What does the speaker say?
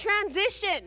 transition